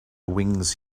wings